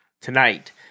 tonight